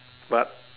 but